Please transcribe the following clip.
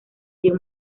dio